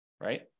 right